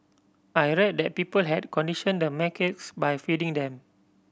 I read that people had conditioned the macaques by feeding them